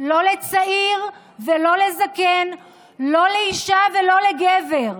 לא לצעיר ולא לזקן, לא לאישה ולא לגבר.